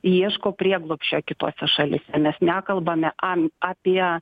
ieško prieglobsčio kitose šalyse mes nekalbame am apie